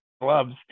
gloves